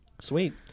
sweet